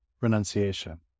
renunciation